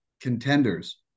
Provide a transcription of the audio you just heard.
Contenders